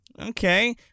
okay